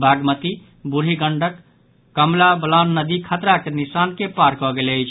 बागमती बूढ़ी गंडक आओर कमला बलान नदी खतरा के निशान के पार कऽ गेल अछि